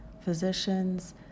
physicians